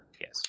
Yes